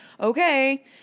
okay